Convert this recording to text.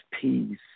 peace